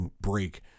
break